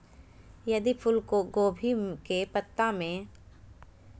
यदि फूलगोभी के पत्ता में छिद्र होता है तो किस प्रकार के कीड़ा के कारण होता है?